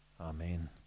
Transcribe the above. Amen